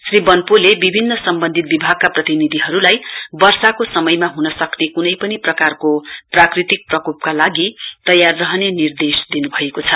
श्री बन्पोले विभिन्न सम्बन्धित विभागका प्रतिनिधिहरूलाई वर्षाको समयमा हुन सक्ने कुनै पनि प्रकारको प्राकृतिक प्रकोपका लागि तयार रहने निर्देश दिनु भएको छ